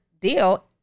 deal